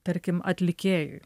tarkim atlikėjui